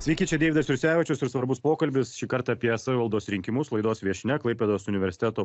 sveiki čia deividas jursevičius ir svarbus pokalbis šįkart apie savivaldos rinkimus laidos viešnia klaipėdos universiteto